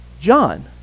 John